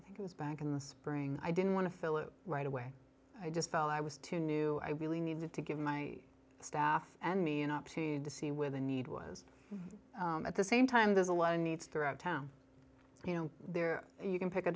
i think it was back in the spring i didn't want to fill it right away i just felt i was too new i really needed to give my staff and me an opportunity to see where the need was at the same time there's a lot of needs throughout town you know there you can pick a